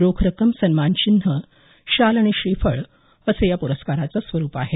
रोख रक्कम सन्मान चिन्ह शाल आणि श्रीफळ असं या प्रस्काराचं स्वरूप आहे